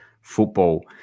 football